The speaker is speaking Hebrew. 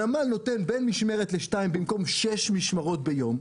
הנמל נותן בין משמרת לשתיים במקום 6 משמרות ביום.